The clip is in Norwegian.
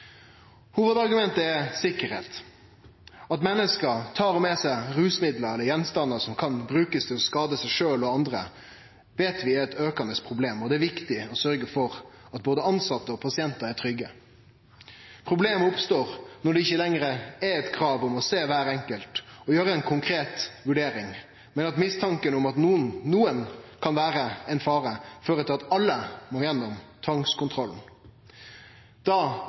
Hovudargumentet er sikkerheit. At menneske tar med seg rusmiddel eller gjenstandar som kan brukast til å skade seg sjølve og andre, veit vi er eit aukande problem, og det er viktig å sørgje for at både tilsette og pasientar er trygge. Problemet oppstår når det ikkje lenger er eit krav om å sjå kvar enkelt og gjere ei konkret vurdering, men at mistanken om at nokon kan vere ein fare, fører til at alle må gjennom tvangskontrollen. Da